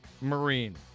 Marine